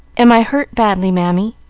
am i hurt badly, mammy?